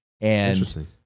Interesting